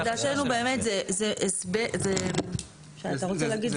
ולדעתנו באמת זה הסבר, אתה רוצה להגיד?